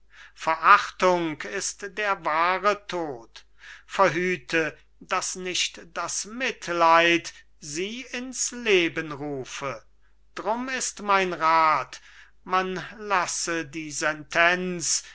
verachtung ist der wahre tod verhüte daß nicht das mitleid sie ins leben rufe drum ist mein rat man lasse die sentenz